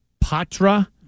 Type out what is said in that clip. Patra